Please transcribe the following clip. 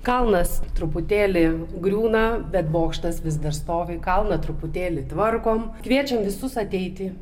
kalnas truputėlį griūna bet bokštas vis dar stovi kalną truputėlį tvarkom kviečiam visus ateiti